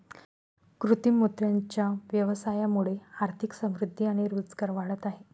कृत्रिम मोत्यांच्या व्यवसायामुळे आर्थिक समृद्धि आणि रोजगार वाढत आहे